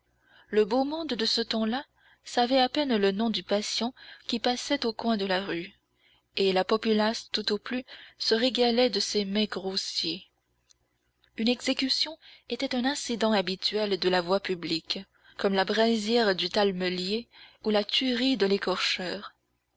le beau monde de ce temps-là savait à peine le nom du patient qui passait au coin de la rue et la populace tout au plus se régalait de ce mets grossier une exécution était un incident habituel de la voie publique comme la braisière du talmellier ou la tuerie de l'écorcheur